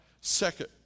Second